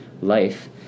life